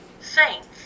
saints